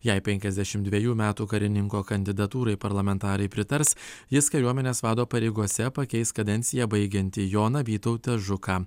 jei penkiasdešim dvejų metų karininko kandidatūrai parlamentarai pritars jis kariuomenės vado pareigose pakeis kadenciją baigiantį joną vytautą žuką